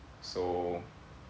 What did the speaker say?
so